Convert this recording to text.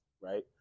right